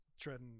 treading